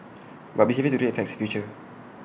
but behaviour today affects the future